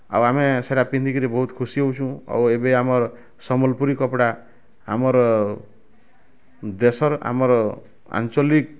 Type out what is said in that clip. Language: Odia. ଆଉ ଆମେ ସେଇଟା ପିନ୍ଧିକିରି ବହୁତ ଖୁସି ହଉଛୁ ଆଉ ଏବେ ଆମର୍ ସମ୍ବଲପୁରୀ କପଡ଼ା ଆମର୍ ଦେଶର ଆମର୍ ଆଞ୍ଚଲିକ୍